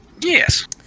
Yes